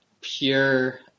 pure